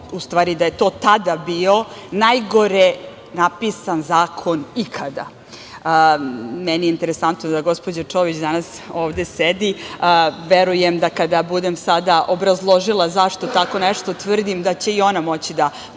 u stvari da je to tada bio, najgore napisan zakon ikada. Meni je interesantno da gospođa Čomić danas ovde sedi, verujem da kada budem sada obrazložila zašto tako nešto tvrdim da će i ona moći da